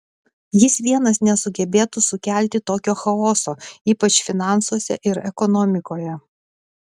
jis vienas nesugebėtų sukelti tokio chaoso ypač finansuose ir ekonomikoje